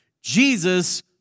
Jesus